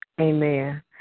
Amen